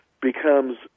becomes